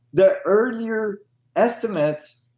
the earlier estimates,